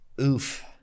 Oof